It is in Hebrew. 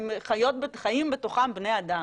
חיים בתוכן בני-אדם.